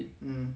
um